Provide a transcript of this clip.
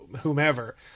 whomever